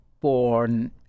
born